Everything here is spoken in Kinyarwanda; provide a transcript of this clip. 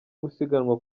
gusiganwa